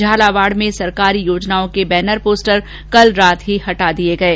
झालावाड में सरकारी योजनाओं के बेनर पोस्टर कल रात ही हटा दिये गये